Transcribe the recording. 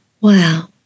wow